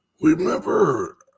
remember